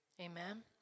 Amen